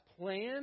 plan